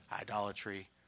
idolatry